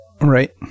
right